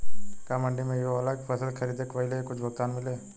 का मंडी में इहो होला की फसल के खरीदे के पहिले ही कुछ भुगतान मिले?